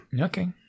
Okay